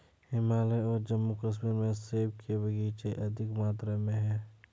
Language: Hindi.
हिमाचल और जम्मू कश्मीर में सेब के बगीचे अधिक मात्रा में है